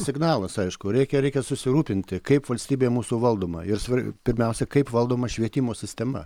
signalas aišku reikia reikia susirūpinti kaip valstybė mūsų valdoma ir svar pirmiausia kaip valdoma švietimo sistema